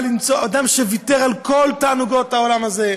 אדם שוויתר על כל תענוגות העולם הזה.